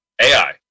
AI